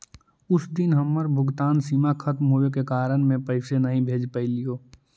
उस दिन हमर भुगतान सीमा खत्म होवे के कारण में पैसे नहीं भेज पैलीओ